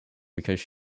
because